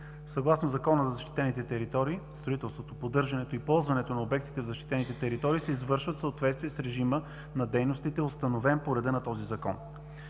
Съгласно Закона за защитените територии, строителството, поддържането и ползването на обектите в защитените територии се извършват в съответствие с режима на дейностите, установен по реда на този Закон